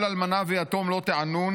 "כל אלמנה ויתום לא תענון.